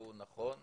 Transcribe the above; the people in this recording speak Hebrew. שהוא נכון מאוד,